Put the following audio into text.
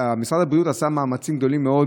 משרד הבריאות עשה מאמצים גדולים מאוד